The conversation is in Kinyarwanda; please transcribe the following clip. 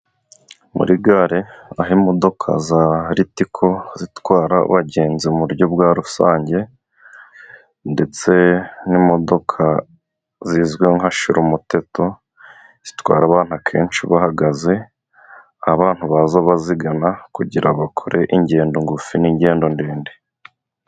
Muri gare aho imodoka za ritiko zitwara abagenzi mu buryo bwa rusange ndetse n'imodoka zizwi nka shirumuteto zitwara abantu akenshi bahagaze. Aho abantu baza bazigana kugira ngo bakore ingendo ngufi n'ingendo ndende.